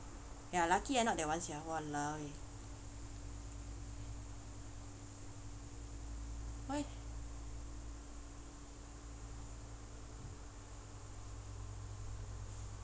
ya lucky I not that one sia !waliao! eh why